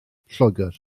lloegr